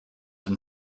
een